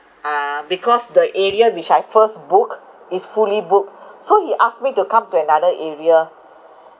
uh because the area which I first booked is fully booked so he asked me to come to another area